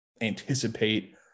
anticipate